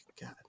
God